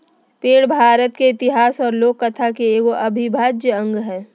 पेड़ भारत के इतिहास और लोक कथा के एगो अविभाज्य अंग हइ